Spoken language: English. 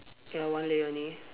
ya one layer only